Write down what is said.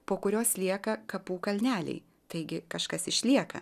po kurios lieka kapų kalneliai taigi kažkas išlieka